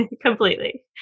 Completely